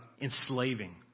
enslaving